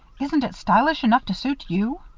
isn't it stylish enough to suit you?